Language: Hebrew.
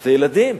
זה ילדים.